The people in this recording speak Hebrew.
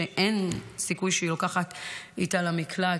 שאין סיכוי שהיא לוקחת איתה למקלט,